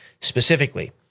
specifically